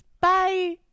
Bye